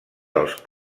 dels